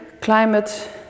climate